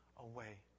away